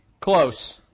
Close